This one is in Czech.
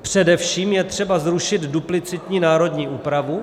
Především je třeba zrušit duplicitní národní úpravu.